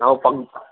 ನಾವು ಪಗ್